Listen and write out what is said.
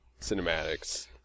cinematics